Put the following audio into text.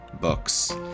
books